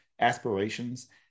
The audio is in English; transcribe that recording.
aspirations